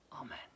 amen